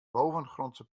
bovengrondse